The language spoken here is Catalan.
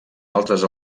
altres